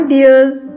Dears